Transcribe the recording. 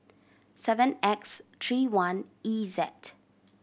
seven X three one E Z